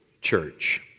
Church